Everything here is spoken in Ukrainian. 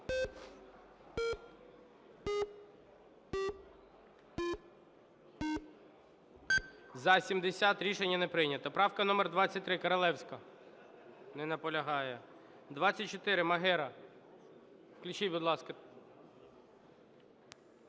За-70 Рішення не прийнято. Правка номер 23, Королевська. Не наполягає. 24. Магера. Включіть, будь ласка.